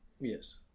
Yes